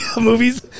Movies